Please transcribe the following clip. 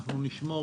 אנחנו נשמור,